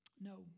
no